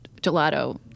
gelato